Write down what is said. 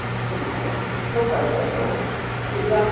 अस्तु महोदय उपविशतु इदानीम्